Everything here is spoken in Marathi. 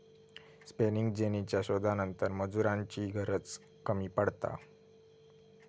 स्पेनिंग जेनीच्या शोधानंतर मजुरांची गरज कमी पडता